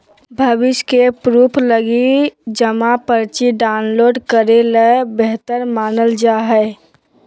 भविष्य के प्रूफ लगी जमा पर्ची डाउनलोड करे ल बेहतर मानल जा हय